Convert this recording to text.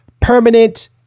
permanent